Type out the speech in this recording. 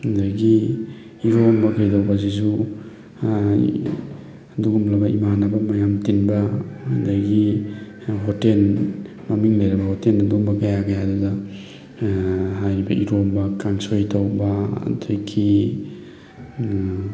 ꯑꯗꯒꯤ ꯏꯔꯣꯝꯕ ꯀꯩꯗꯧꯕꯁꯤꯁꯨ ꯑꯗꯨꯒꯨꯝꯂꯕ ꯏꯃꯥꯟꯅꯕ ꯃꯌꯥꯝ ꯇꯤꯟꯕ ꯑꯗꯒꯤ ꯍꯣꯇꯦꯜ ꯃꯃꯤꯡ ꯂꯩꯔꯕ ꯍꯣꯇꯦꯜ ꯑꯗꯨꯒꯨꯝꯕ ꯀꯌꯥ ꯀꯌꯥꯗꯨꯗ ꯍꯥꯏꯔꯤꯕ ꯏꯔꯣꯝꯕ ꯀꯥꯥꯁꯣꯏ ꯇꯧꯕ ꯑꯗꯒꯤ